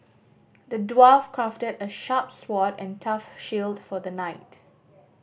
the dwarf crafted a sharp sword and a tough shield for the knight